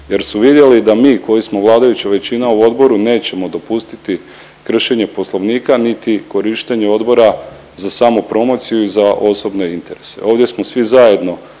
jer su vidjeli da mi koji smo vladajuća većina u odboru nećemo dopustiti kršenje Poslovnika, niti korištenje odbora za samopromociju i za osobne interese. Ovdje smo svi zajedno